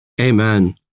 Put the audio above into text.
Amen